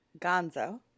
Gonzo